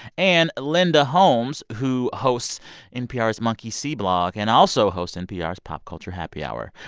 and linda holmes, who hosts npr's monkey see blog and also hosts npr's pop culture happy hour.